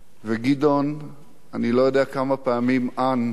אני לא יודע כמה פעמים, אן, הוא אמר לך את זה,